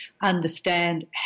understand